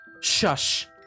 Shush